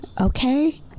Okay